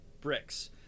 bricks